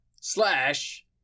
slash